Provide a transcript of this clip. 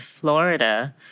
Florida